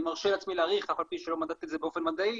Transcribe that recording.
אני מרשה לעצמי להעריך כי לא מדדתי את זה באופן מדעי,